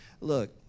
Look